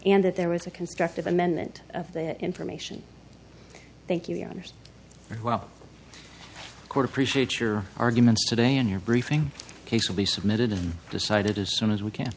and that there was a constructive amendment of the information thank you honors while the court appreciate your arguments today in your briefing case will be submitted decided as soon as we can